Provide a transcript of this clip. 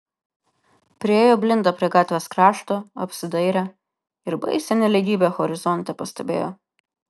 priėjo blinda prie gatvės krašto apsidairė ir baisią nelygybę horizonte pastebėjo